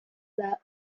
that